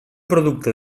producte